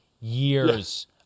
years